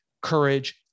courage